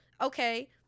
okay